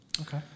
Okay